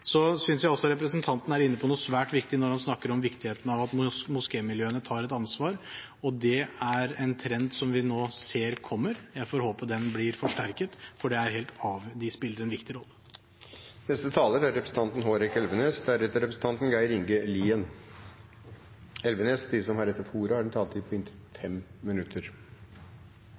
Jeg synes også representanten er inne på noe svært viktig når han snakker om viktigheten av at moskémiljøene tar et ansvar. Det er en trend vi nå ser kommer. Jeg håper den blir forsterket, for det er helt avgjørende, og de spiller en viktig rolle. At enkeltpersoner og grupperinger får det for seg at de har rett og nærmest plikt til å bruke vold, bestialsk vold som